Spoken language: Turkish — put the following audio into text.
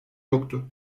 yoktu